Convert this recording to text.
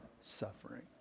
suffering